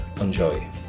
Enjoy